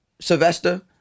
Sylvester